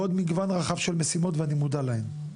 בעוד מגוון רחב של משימות ואני מודע להן,